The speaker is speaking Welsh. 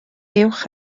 uwch